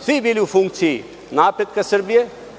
svi bili u funkciji napretka Srbije,